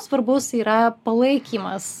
svarbus yra palaikymas